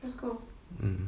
mm